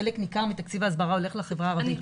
חלק ניכר מתקציב ההסברה הולך לחברה הערבית.